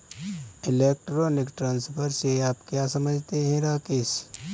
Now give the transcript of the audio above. Electronic transfer से आप क्या समझते हैं, राकेश?